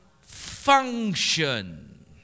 function